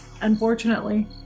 unfortunately